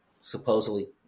supposedly